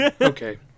okay